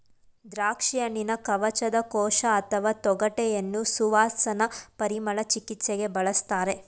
ದ್ರಾಕ್ಷಿಹಣ್ಣಿನ ಕವಚದ ಕೋಶ ಅಥವಾ ತೊಗಟೆಯನ್ನು ಸುವಾಸನಾ ಪರಿಮಳ ಚಿಕಿತ್ಸೆಗೆ ಬಳಸ್ತಾರೆ